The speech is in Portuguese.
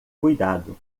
cuidado